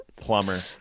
plumber